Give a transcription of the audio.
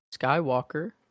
Skywalker